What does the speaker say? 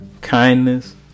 kindness